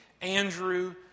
Andrew